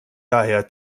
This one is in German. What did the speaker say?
daher